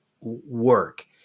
work